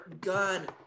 gun